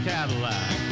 Cadillac